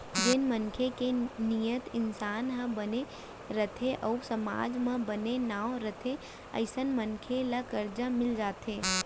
जेन मनसे के नियत, ईमान ह बने रथे अउ समाज म बने नांव रथे अइसन मनसे ल करजा मिल जाथे